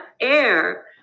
air